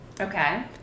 Okay